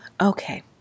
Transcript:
Okay